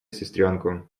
сестренку